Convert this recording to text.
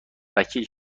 وکیل